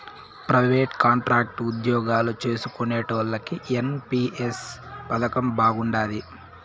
private, contract ఉజ్జోగాలు చేస్కునేటోల్లకి ఈ ఎన్.పి.ఎస్ పదకం బాగుండాది